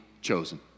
chosen